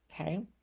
okay